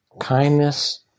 Kindness